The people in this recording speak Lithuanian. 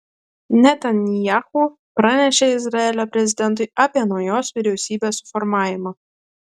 netanyahu pranešė izraelio prezidentui apie naujos vyriausybės suformavimą